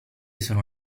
sono